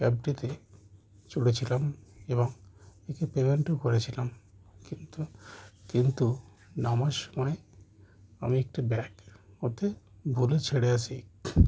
ক্যাবটিতে চড়েছিলাম এবং একে পেমেন্টও করেছিলাম কিন্তু কিন্তু নামার সময়ে আমি একটি ব্যাগ ওতে ভুলে ছেড়ে আসি